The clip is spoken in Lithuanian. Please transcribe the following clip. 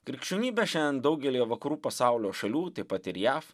krikščionybė šiandien daugelyje vakarų pasaulio šalių taip pat ir jav